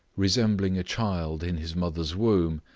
resembling a child in his mother's womb,